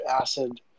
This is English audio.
acid